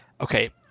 okay